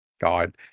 God